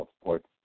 sports